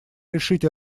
решить